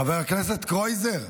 חבר הכנסת קרויזר,